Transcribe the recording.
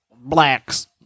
Blacks